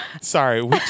sorry